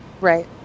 right